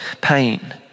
pain